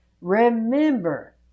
Remember